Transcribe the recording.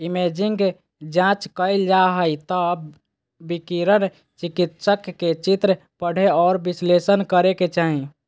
imaging जांच कइल जा हइ त विकिरण चिकित्सक के चित्र पढ़े औरो विश्लेषण करे के चाही